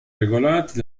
regolati